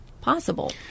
possible